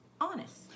honest